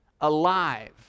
alive